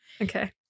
Okay